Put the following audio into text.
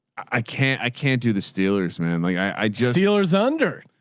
i can't, i can't do the steelers man. like i just dealers under,